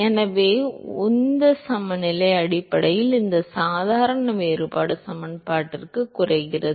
எனவே உந்த சமநிலை அடிப்படையில் இந்த சாதாரண வேறுபாடு சமன்பாட்டிற்கு குறைக்கிறது